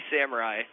Samurai